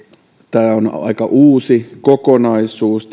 kiintiöjärjestelmäasia on aika uusi kokonaisuus